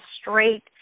straight